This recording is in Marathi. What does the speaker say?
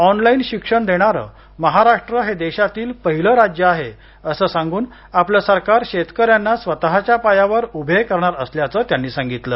ऑनलाईन शिक्षण देणारं महाराष्ट्र हे देशातील पहिले राज्य आहे असं सांगून आपलं सरकार शेतकऱ्यांना स्वतच्या पायावर उभे करणार असल्याचं ते म्हणाले